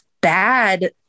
bad